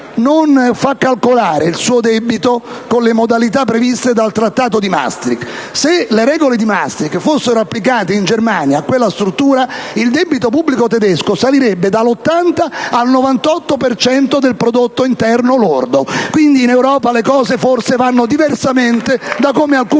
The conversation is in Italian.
non fa calcolare il suo debito con le modalità previste dal Trattato di Maastricht. Se le regole di Maastricht fossero applicate in Germania a quella struttura, il debito pubblico tedesco salirebbe dall'80 al 98 per cento del PIL. *(Applausi dal Gruppo PdL)*. Quindi, in Europa le cose vanno forse diversamente da come alcuni